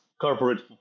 corporate